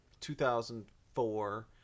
2004